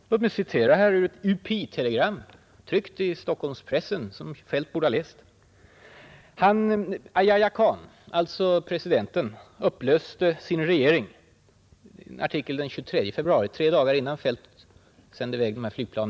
Ett UPI-telegram, som herr Feldt borde ha läst eftersom det stod tryckt i bl.a. Dagens Nyheter den 23 februari — tre dagar innan herr Feldt gav sitt tillstånd att flygplanen skulle exporteras — meddelade att Pakistans president Yahya Khan hade upplöst sin regering.